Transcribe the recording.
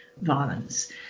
violence